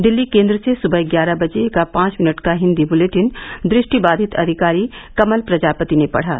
दिल्ली केन्द्र से सुबह ग्यारह बजे का पांच मिनट का हिन्दी बुलेटिन दृष्टिबाधित अधिकारी कमल प्रजापति ने पढ़ा